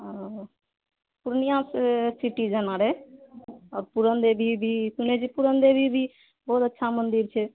ओऽ पूर्णिया सिटी जेना रहए पुरनदेवी भी सुनैत छिऐ पुरनदेवी भी बहुत अच्छा मन्दिर छै